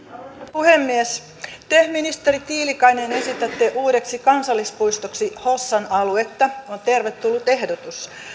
puhemies te ministeri tiilikainen esitätte uudeksi kansallispuistoksi hossan aluetta se on tervetullut ehdotus